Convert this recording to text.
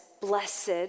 blessed